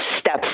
steps